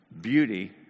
beauty